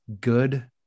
good